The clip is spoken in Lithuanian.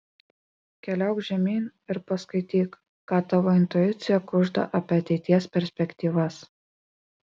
keliauk žemyn ir paskaityk ką tavo intuicija kužda apie ateities perspektyvas